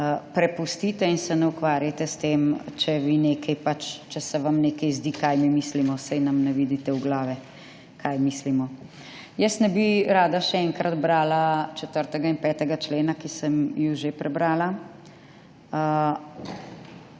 prepustite in se ne ukvarjajte s tem, če se vam nekaj zdi, kaj mi mislimo. Saj nam ne vidite v glave, kaj mislimo. Jaz ne bi rada še enkrat brala 4. in 5. člena, ki sem ju že prebrala.